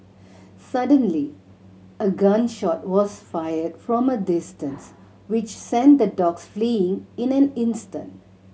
suddenly a gun shot was fired from a distance which sent the dogs fleeing in an instant